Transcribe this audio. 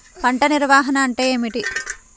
పంట నిర్వాహణ అంటే ఏమిటి?